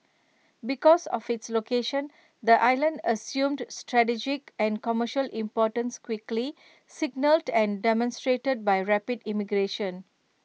because of its location the island assumed strategic and commercial importance quickly signalled and demonstrated by rapid immigration